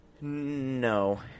No